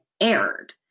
aired